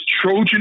Trojan